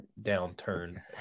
downturn